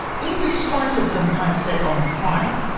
in despite of them, i set on fire.